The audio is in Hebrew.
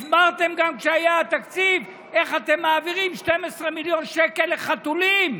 גם הסברתם כשהיה תקציב איך אתם מעבירים 12 מיליון שקל לחתולים.